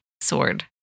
sword